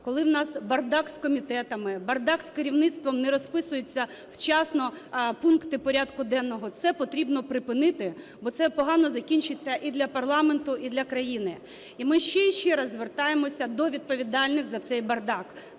коли у нас бардак з комітетами, бардак з керівництвом, не розписуються вчасно пункти порядку денного. Це потрібно припинити, бо це погано закінчиться і для парламенту, і для країни. І ми ще і ще раз звертаємося до відповідальних за цей бардак.